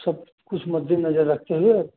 सब कुछ मद्दे नज़र रखते हुए